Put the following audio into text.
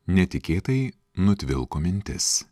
netikėtai nutvilko mintis